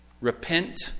Repent